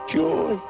joy